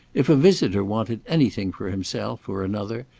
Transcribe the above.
if a visitor wanted anything for himself or another,